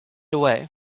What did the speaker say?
away